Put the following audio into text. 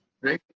Right